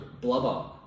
Blubber